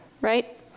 right